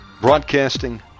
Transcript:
broadcasting